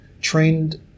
trained